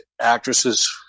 actresses